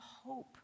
hope